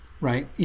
right